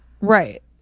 right